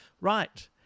Right